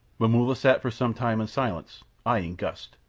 momulla sat for some time in silence, eyeing gust.